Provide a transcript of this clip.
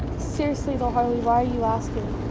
seriously though harley, why are you asking?